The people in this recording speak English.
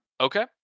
okay